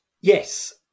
Yes